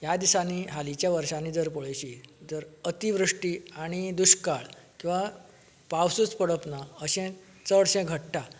ह्या दिसांनी हालींच्या वर्सांनी जर पळयशी जर अतिवृश्टी आनी दुश्काळ किंवां पावसूच पडप ना अशें चडशें घडटा